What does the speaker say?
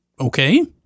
okay